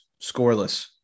scoreless